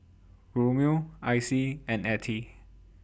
Romeo Icey and Ettie